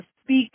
speak